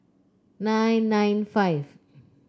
nine nine five